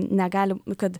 negali nu kad